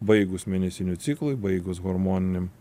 baigus mėnesinių ciklui baigus hormoniniam